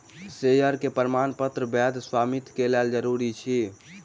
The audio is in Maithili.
शेयर के प्रमाणपत्र वैध स्वामित्व के लेल जरूरी अछि